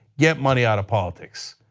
get money out of politics.